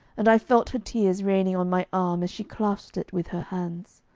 and i felt her tears raining on my arm as she clasped it with her hands.